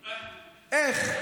איך?